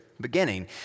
Beginning